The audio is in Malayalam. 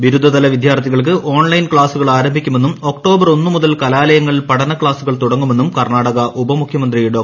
ബിരുദ തല വിദ്യാർത്ഥികൾക്ക് ഓൺലൈൻ ക്ലാസുകൾ ആരംഭിക്കുമെന്നും ഒക്ടോബർ ഒന്നു മതുൽ കലാലയങ്ങളിൽ പഠന ക്ലാസുകൾ തുടങ്ങുമെന്നും കർണാടക ഉപമുഖ്യമന്ത്രി ഡോ